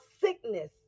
sickness